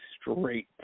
Straight